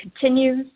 continues